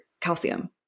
calcium